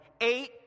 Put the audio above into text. eight